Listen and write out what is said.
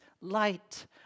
light